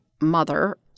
mother